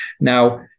Now